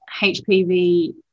HPV